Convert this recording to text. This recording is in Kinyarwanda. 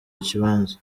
kibanza